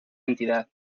entidad